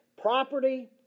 property